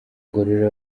ngororero